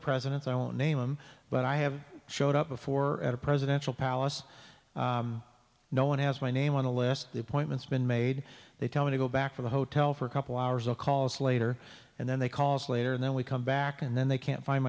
presidents i won't name him but i have showed up before at a presidential palace no one has my name on the list the appointments been made they tell me to go back to the hotel for a couple hours of calls later and then they calls later and then we come back and then they can't find